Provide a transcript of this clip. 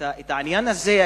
בעניין הזה,